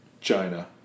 China